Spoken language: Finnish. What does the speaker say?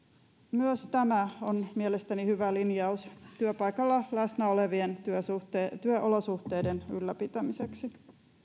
myös tämä on mielestäni hyvä linjaus työpaikalla läsnä olevien työolosuhteiden työolosuhteiden ylläpitämiseksi